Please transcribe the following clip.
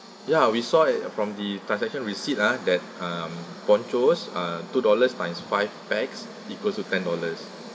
ya we saw at from the transaction receipt lah that um ponchos are two dollars times five bags equal to ten dollars